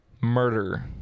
Murder